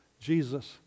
Jesus